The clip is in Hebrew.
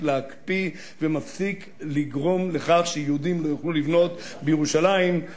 להקפיא ומפסיק לגרום לכך שיהודים לא יוכלו לבנות בירושלים,